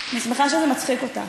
אני שמחה שזה מצחיק אותך.